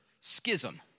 Schism